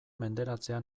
menderatzea